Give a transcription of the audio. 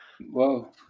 Whoa